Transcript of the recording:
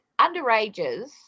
underages